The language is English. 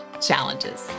challenges